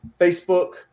Facebook